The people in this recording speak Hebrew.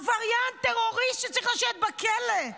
עבריין טרוריסט שצריך לשבת בכלא.